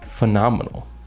phenomenal